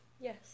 yes